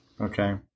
Okay